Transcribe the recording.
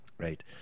Right